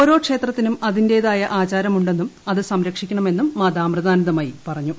ഓരോ ക്ഷേത്രത്തിനും അതിന്റേതായ ആചാരമുണ്ടെന്നും അത് സംരക്ഷിക്കണമെന്നും മാതാ അമൃതാനന്ദമയി പറഞ്ഞു